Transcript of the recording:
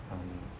um